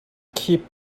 keep